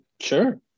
Sure